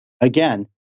Again